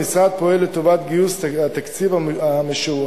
המשרד פועל לטובת גיוס התקציב המשוערך